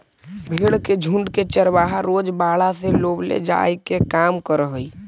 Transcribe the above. भेंड़ के झुण्ड के चरवाहा रोज बाड़ा से लावेले जाए के काम करऽ हइ